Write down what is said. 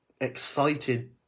excited